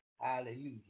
Hallelujah